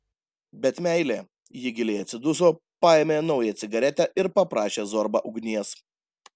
bet meilė ji giliai atsiduso paėmė naują cigaretę ir paprašė zorbą ugnies